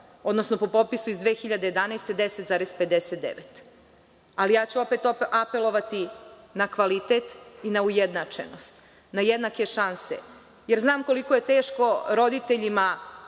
odnosno po popisu iz 2011. godine, 10,59%.Opet ću apelovati na kvalitet, na ujednačenost, na jednake šanse. Znam koliko je teško roditeljima